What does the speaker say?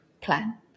plan